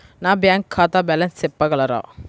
నా బ్యాంక్ ఖాతా బ్యాలెన్స్ చెప్పగలరా?